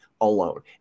alone